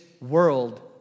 world